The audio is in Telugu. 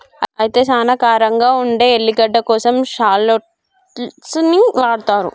అయితే సానా కారంగా ఉండే ఎల్లిగడ్డ కోసం షాల్లోట్స్ ని వాడతారు